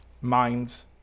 minds